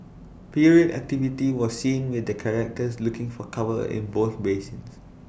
period activity was seen with the charterers looking for cover in both basins